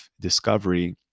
discovery